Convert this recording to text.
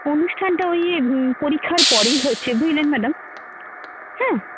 অনুষ্ঠানটা ওই পরীক্ষার পরেই হচ্ছে বুঝলেন ম্যাডাম হ্যাঁ